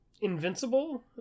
Invincible